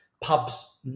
pubs